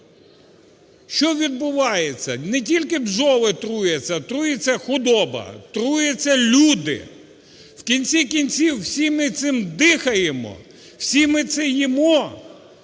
Що відбувається? Не тільки бджоли труяться, труїться худоба, труяться люди. В кінці кінців, всі ми цим дихаємо, всі ми це їмо,